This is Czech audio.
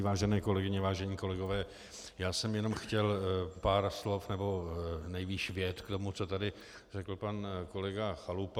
Vážené kolegyně, vážení kolegové, já jsem jenom chtěl pár slov nebo nejvýš vět k tomu, co tady řekl pan kolega Chalupa.